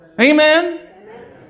Amen